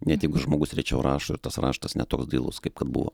net jeigu žmogus rečiau rašo ir tas raštas ne toks dailus kaip kad buvo